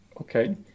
okay